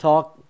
Talk